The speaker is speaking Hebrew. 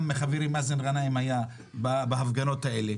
וגם חברי מאזן גנאים היה בהפגנות האלה.